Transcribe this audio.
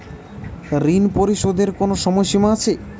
ঋণ পরিশোধের কোনো সময় সীমা আছে?